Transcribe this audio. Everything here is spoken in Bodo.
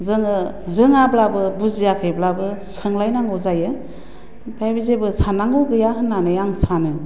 जोङो रोङाब्लाबो बुजियाखैब्लाबो सोंलायनांगौ जायो ओमफ्राय बे जेबो सान्नांगौ गैया होन्नानै आं सानो